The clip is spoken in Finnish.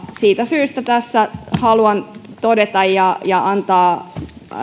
siitä syystä tässä haluan todeta ja ja antaa